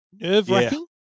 nerve-wracking